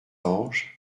anges